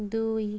ଦୁଇ